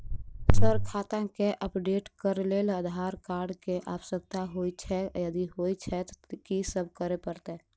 Sir खाता केँ update करऽ लेल आधार कार्ड केँ आवश्यकता होइ छैय यदि होइ छैथ की सब करैपरतैय?